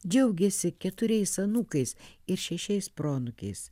džiaugiasi keturiais anūkais ir šešiais proanūkiais